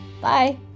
Bye